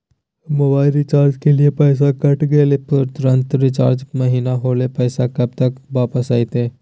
Mobile recharge के लिए पैसा कट गेलैय परंतु रिचार्ज महिना होलैय, पैसा कब तक वापस आयते?